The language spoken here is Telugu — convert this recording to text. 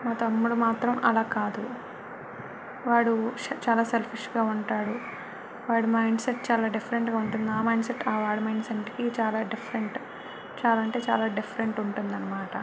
నా తమ్ముడు మాత్రం అలా కాదు వాడు చాలా సెల్ఫిష్గా ఉంటాడు వాడి మైండ్ సెట్ చాలా డిఫరెంట్గా ఉంటుంది ఆ మైండ్ సెట్ వాడి మైండ్ సెట్కి చాలా డిఫరెంట్ చాలా అంటే చాలా డిఫరెంట్ ఉంటుంది అన్నమాట